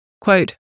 Quote